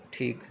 ٹھیک ہے